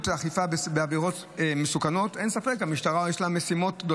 ואת האכיפה בעבירות מסכנות חיים.